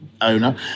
owner